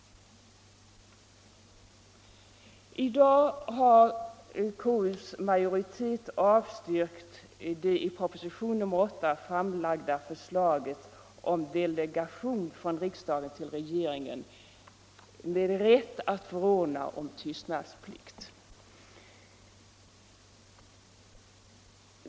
I dag har konstitutionsutskottets majoritet avstyrkt det i propositionen 8 framlagda förslaget om delegation från riksdagen till regeringen av rätt att förordna om tystnadsplikt.